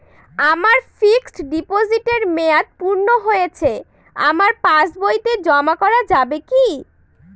আমার ফিক্সট ডিপোজিটের মেয়াদ পূর্ণ হয়েছে আমার পাস বইতে জমা করা যাবে কি?